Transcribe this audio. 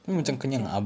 Gong Cha